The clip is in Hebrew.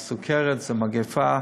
סוכרת זו מגפה,